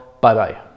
Bye-bye